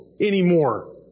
anymore